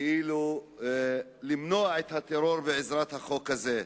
כאילו למנוע את הטרור בעזרת החוק הזה.